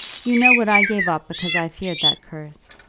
you know what i gave up because i feared that curse.